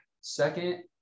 Second